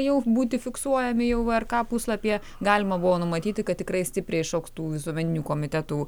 jau būti fiksuojami jau vė er ka puslapyje galima buvo numatyti kad tikrai stipriai išaugtų visuomeninių komitetų